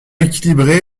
équilibré